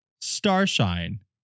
Starshine